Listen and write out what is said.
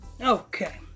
Okay